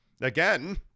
again